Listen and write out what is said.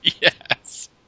Yes